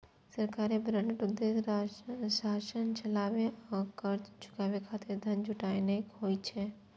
सरकारी बांडक उद्देश्य शासन चलाबै आ कर्ज चुकाबै खातिर धन जुटेनाय होइ छै